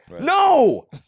no